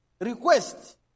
request